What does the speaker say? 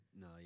No